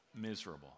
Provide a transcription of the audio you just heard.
miserable